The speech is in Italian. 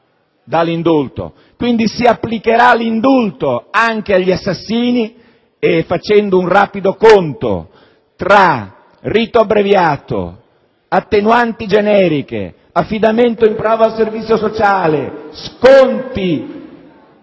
L'indulto si applicherà dunque anche agli assassini e, facendo un rapido conto tra rito abbreviato, attenuanti generiche, affidamento in prova al servizio sociale e sconti